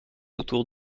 autour